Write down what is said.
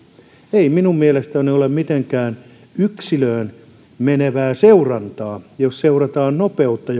ei minun mielestäni ole mitenkään yksilöön menevää seurantaa jos seurataan nopeutta